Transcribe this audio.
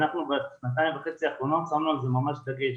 אנחנו בשנתיים וחצי האחרונות שמנו על זה ממש דגש